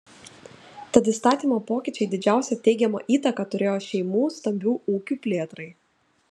tad įstatymo pokyčiai didžiausią teigiamą įtaką turėjo šeimų stambių ūkių plėtrai